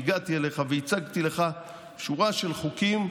והגעתי אליך והצגתי לך שורה של חוקים,